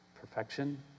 perfection